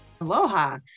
Aloha